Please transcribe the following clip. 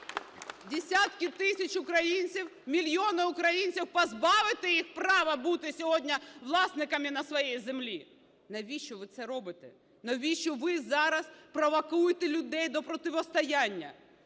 десятки тисяч українців, мільйони українців, позбавити їх права бути сьогодні власниками на своїй землі? Навіщо ви це робите? Навіщо ви зараз провокуєте людей до протистояння?